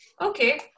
okay